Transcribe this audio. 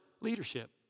leadership